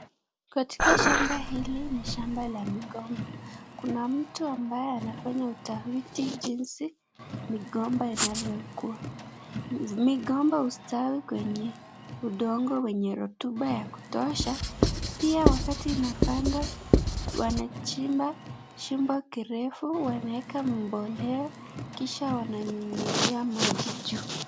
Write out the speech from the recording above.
Katika shamba hili ni shamba la migomba. Kuna mtu ambaye anafanya utafiti jinsi migomba inavyokuwa. Migomba hustawi kwenye udongo wenye rutuba ya kutosha. Pia wakati inapandwa wanachimba shimo kirefu, wanaweka mbolea kisha wananyunyizia maji juu.